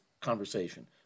conversation